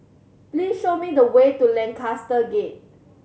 please show me the way to Lancaster Gate